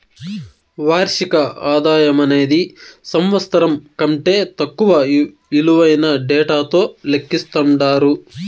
వార్షిక ఆదాయమనేది సంవత్సరం కంటే తక్కువ ఇలువైన డేటాతో లెక్కిస్తండారు